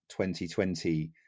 2020